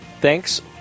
Thanks